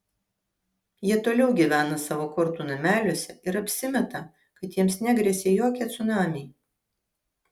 jie toliau gyvena savo kortų nameliuose ir apsimeta kad jiems negresia jokie cunamiai